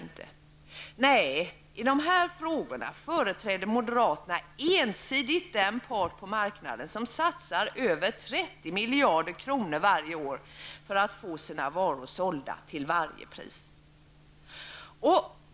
Nej, i det här frågorna företräder moderaterna ensidigt den part på marknaden som satsar över 30 miljarder kronor varje år för att få sina varor sålda till varje pris.